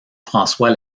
françois